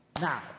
Now